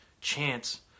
chance